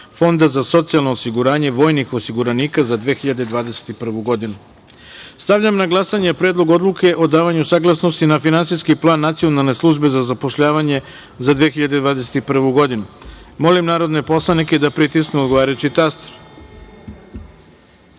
Fonda za socijalno osiguranje vojnih osiguranika za 2021. godinu. Stavljam na glasanje Predlog odluke o davanju saglasnosti na finansijski plan Nacionalne službe za zapošljavanje za 2021. godinu. Molim narodne poslanike da pritisnu odgovarajući